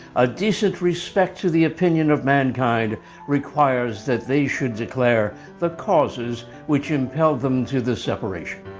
a decent respect to the opinions of mankind requires that they should declare the causes which impel them to the separation.